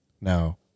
Now